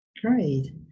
Great